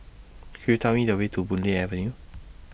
Could YOU Tell Me The Way to Boon Lay Avenue